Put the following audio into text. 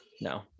No